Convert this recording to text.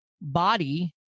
body